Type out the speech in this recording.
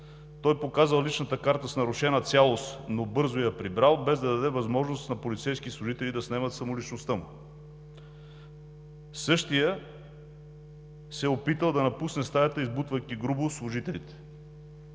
показал личната си карта с нарушена цялост, но бързо я прибрал, без да даде възможност на полицейските служители да снемат самоличността му. Същият се е опитал да напусне стаята, избутвайки грубо служителите.